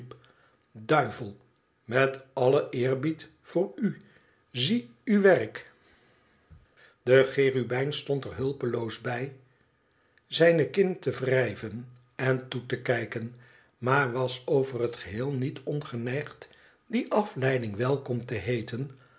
duivel met allen eerbied voor u zie uw werk de cherubijn stond er hulpeloos bij zijne kin te wrijven en toe te kijken maar was over het geheel niet ongeneigd die afleiding welkom te heeten